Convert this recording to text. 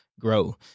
grow